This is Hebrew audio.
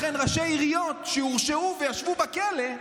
לכן, ראשי עיריות שהורשעו וישבו בכלא,